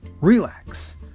relax